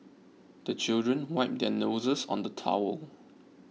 the children wipe their noses on the towel